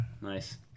Nice